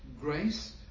grace